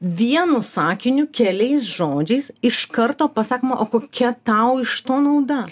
vienu sakiniu keliais žodžiais iš karto pasakoma o kokia tau iš to nauda